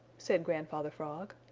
said grandfather frog.